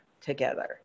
together